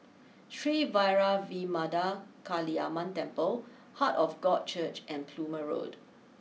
Sri Vairavimada Kaliamman Temple Heart of God Church and Plumer Road